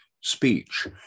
speech